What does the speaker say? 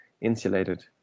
insulated